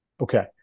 Okay